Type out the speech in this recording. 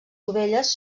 dovelles